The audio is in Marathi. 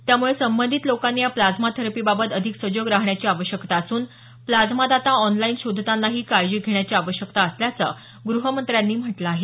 त्यामुळे संबंधित लोकांनी या प्लाझ्मा थेरपीबाबत अधिक सजग राहण्याची आवश्यकता असून प्लाझ्मा दाता ऑनलाईन शोधतानाही काळजी घेण्याची आवश्यकता असल्याचं गुहमंत्र्यांनी म्हटलं आहे